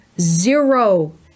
zero